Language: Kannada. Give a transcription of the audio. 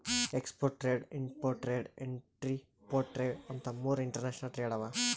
export trade, import trade, entrepot trade ಅಂತ್ ಮೂರ್ ಇಂಟರ್ನ್ಯಾಷನಲ್ ಟ್ರೇಡ್ ಅವಾ